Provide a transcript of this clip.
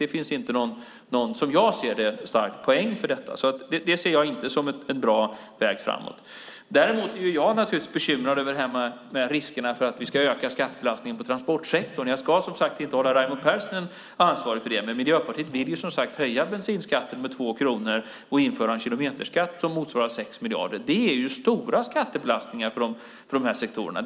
Det finns inte någon, som jag ser det, stark poäng för detta. Det ser jag inte som en bra väg framåt. Däremot är jag bekymrad över riskerna för att öka skattebelastningen på transportsektorn. Jag ska som sagt inte hålla Raimo Pärssinen ansvarig för det, men Miljöpartiet vill höja bensinskatten med 2 kronor och införa en kilometerskatt som motsvarar 6 miljarder. Det är stora skattebelastningar på de här sektorerna.